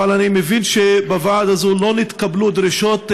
אבל אני מבין שבוועדה הזאת לא נתקבלו דרישות בתי-הספר,